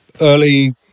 early